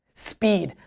speed,